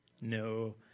no